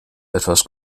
etwas